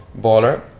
baller